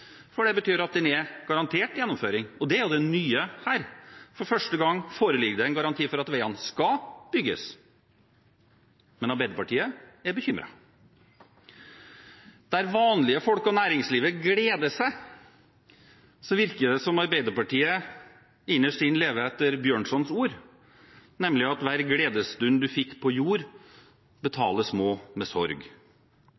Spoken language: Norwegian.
for det betyr at den er garantert gjennomføring. Det er jo det nye her. For første gang foreligger det en garanti for at veiene skal bygges. Men Arbeiderpartiet er bekymret. Der vanlige folk og næringslivet gleder seg, virker det som om Arbeiderpartiet innerst inne lever etter Bjørnsons ord, nemlig at «hver gledesstund du fikk på jord, betales må med sorg».